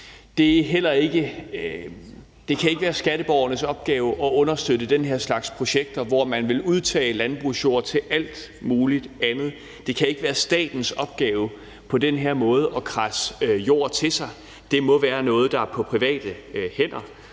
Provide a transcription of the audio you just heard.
Det kan ikke være skatteborgernes opgave at understøtte den her slags projekter, hvor man vil udtage landbrugsjord til alt muligt andet. Det kan ikke være statens opgave på den her måde at kradse jord til sig; det må være noget, der er på private hænder.